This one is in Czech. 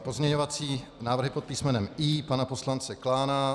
Pozměňovací návrhy pod písmenem I pana poslance Klána.